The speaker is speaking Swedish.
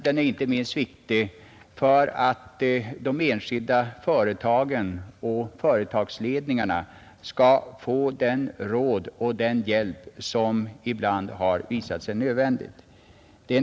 Den är inte minst viktig för att de enskilda företagen och företagsledningarna skall kunna få den hjälp och de råd som ibland har visat sig nödvändiga.